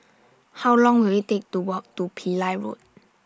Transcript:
How Long Will IT Take to Walk to Pillai Road